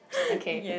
okay